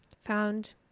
found